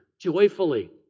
joyfully